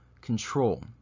control